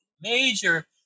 Major